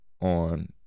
on